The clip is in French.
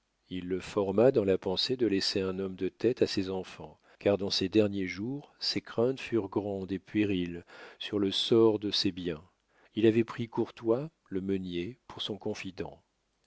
il le forma dans la pensée de laisser un homme de tête à ses enfants car dans ses derniers jours ses craintes furent grandes et puériles sur le sort de ses biens il avait pris courtois le meunier pour son confident